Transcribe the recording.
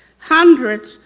hundreds,